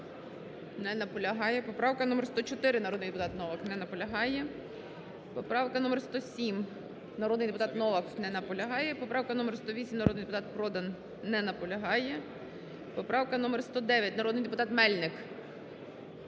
Не наполягає. Поправка номер 188, народний депутат Бабак. Не наполягає. Поправка номер 189, народний депутат Новак. Не наполягає. Поправка номер 210, народний депутат Журжій. Не наполягає. Поправка номер 211, народний депутат Мельник,